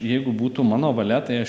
jeigu būtų mano valia tai aš